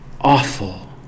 awful